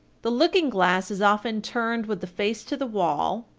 the looking-glass is often turned with the face to the wall,